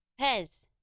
pez